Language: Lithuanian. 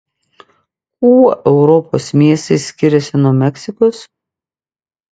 kuo europos miestai skiriasi nuo meksikos